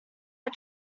are